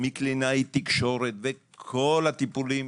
מקלינאי תקשורת וכל הטיפולים